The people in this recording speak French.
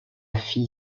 fille